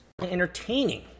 Entertaining